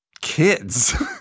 kids